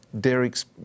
Derek's